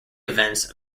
events